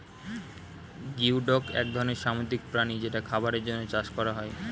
geoduck এক ধরনের সামুদ্রিক প্রাণী যেটা খাবারের জন্যে চাষ করা হয়